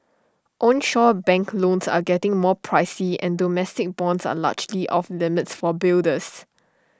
onshore bank loans are getting more pricey and domestic bonds are largely off limits for builders